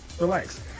Relax